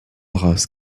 race